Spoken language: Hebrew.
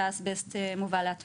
והאסבסט מובל להטמנה.